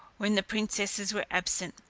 when the princesses were absent.